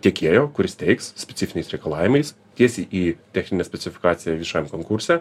tiekėjo kuris teiks specifiniais reikalavimais tiesiai į techninę specifikaciją viešajam konkurse